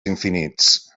infinits